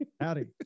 Howdy